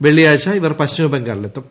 വെള്ളിയാഴ്ച ഇവർ പശ്ചിമ ബംഗാളിലെത്തും